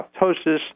apoptosis